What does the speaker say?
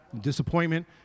disappointment